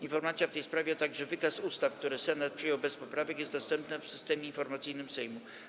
Informacja w tej sprawie, a także wykaz ustaw, które Senat przyjął bez poprawek, są dostępne w Systemie Informacyjnym Sejmu.